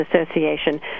Association